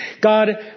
God